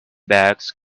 bags